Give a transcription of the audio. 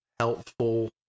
helpful